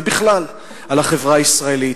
ובכלל על החברה הישראלית.